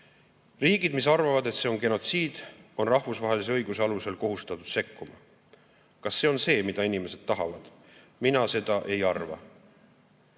"Riigid, mis arvavad, et see on genotsiid, on rahvusvahelise õiguse alusel kohustatud sekkuma. Kas see on see, mida inimesed tahavad? Mina seda ei arva."